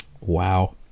Wow